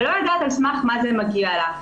ולא יודעת על סמך מה זה מגיע לה,